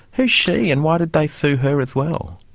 who's she and why did they sue her as well?